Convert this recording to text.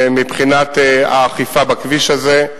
מבחינת האכיפה בכביש הזה,